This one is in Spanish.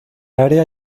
área